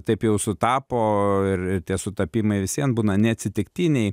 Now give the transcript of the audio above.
taip jau sutapo ir tie sutapimai vis vien būna neatsitiktiniai